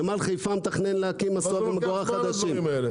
נמל חיפה מתכנן להקים מסוע ומבואה חדשים.